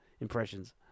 impressions